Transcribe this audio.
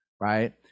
right